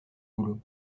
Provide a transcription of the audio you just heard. boulot